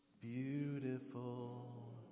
beautiful